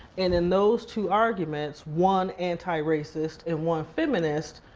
and in those two arguments, one anti-racist and one feminist,